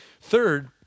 Third